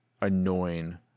annoying